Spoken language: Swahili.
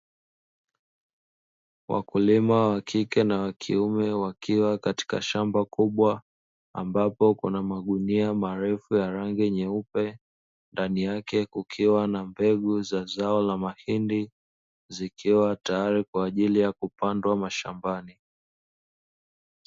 Wakulima wa kike na wa kiume wakiwa katika shamba kubwa ambapo kuna magunia marefu ya rangi nyeupe, ndani yake kukiwa na mbegu za zao la mahindi zikiwa tayari kwa ajili ya kupandwa mashambani.